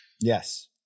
Yes